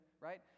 Right